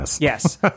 Yes